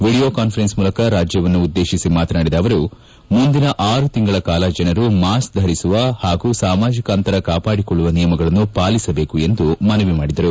video conference ಮೂಲಕ ರಾಜ್ಯವನ್ನು ಉದ್ದೇತಿಸಿ ಮಾತನಾಡಿದ ಅವರು ಮುಂದಿನ ಆರು ತಿಂಗಳ ಕಾಲ ಜನರು ಮಾಸ್ಲ್ ಧರಿಸುವ ಹಾಗೂ ಸಾಮಾಜಿಕ ಅಂತರ ಕಾಪಾಡಿಕೊಳ್ಳುವ ನಿಯಮಗಳನ್ನು ಪಾಲಿಸಬೇಕು ಎಂದು ಮನವಿ ಮಾಡಿದರು